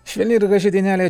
švelni ir graži dainelė